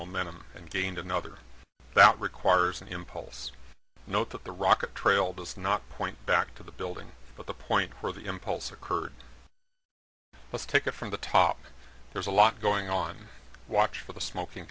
momentum and gained another that requires an impulse note that the rocket trail does not point back to the building but the point where the impulse occurred let's take it from the top there's a lot going on watch for the smoking